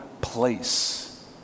place